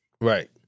Right